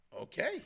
okay